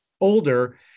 older